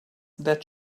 that